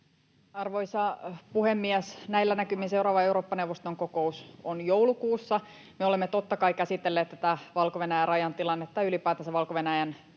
Arvoisa puhemies! Näillä näkymin seuraava Eurooppa-neuvoston kokous on joulukuussa. Me olemme totta kai käsitelleet tätä Valko-Venäjän rajan tilannetta, ylipäätänsä Valko-Venäjän tilannetta,